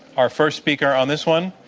our first speaker on this one.